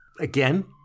again